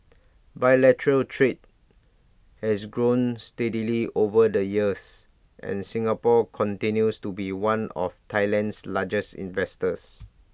bilateral trade has grown steadily over the years and Singapore continues to be one of Thailand's largest investors